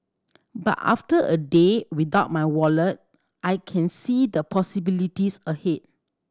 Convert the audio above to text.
but after a day without my wallet I can see the possibilities ahead